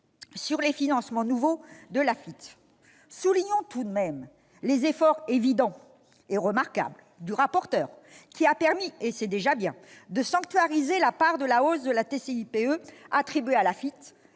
sur les financements nouveaux pour l'Afitf. Soulignons tout de même les efforts évidents et remarquables du rapporteur, qui a permis- c'est déjà bien -de sanctuariser la part de la hausse de la TICPE attribuée à l'Afitf